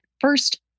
first